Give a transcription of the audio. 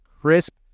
crisp